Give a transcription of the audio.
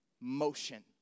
motion